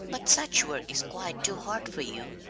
but such work is quite too hard for you,